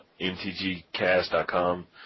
mtgcast.com